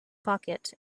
pocket